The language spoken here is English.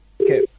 Okay